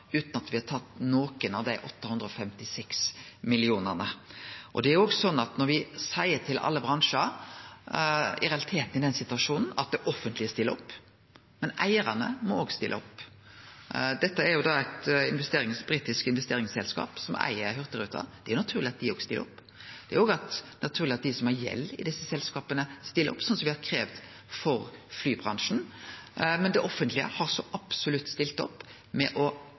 utan at me har tatt nokon av dei 856 millionane. Det er òg slik at me i realiteten seier til alle bransjar i den situasjonen at det offentlege stiller opp, men eigarane må òg stille opp. Det er eit britisk investeringsselskap som eig Hurtigruten, og det er naturleg at dei òg stiller opp. Det er òg naturleg at dei som har gjeld i desse selskapa, stiller opp, slik som me har kravd for flybransjen. Men det offentlege har så absolutt stilt opp ved nettopp å